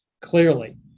Clearly